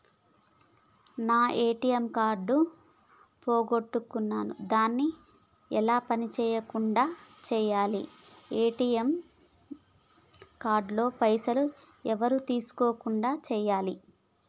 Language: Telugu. నా ఏ.టి.ఎమ్ కార్డు పోగొట్టుకున్నా దాన్ని ఎలా పని చేయకుండా చేయాలి ఏ.టి.ఎమ్ కార్డు లోని పైసలు ఎవరు తీసుకోకుండా చేయాలి?